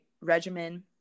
regimen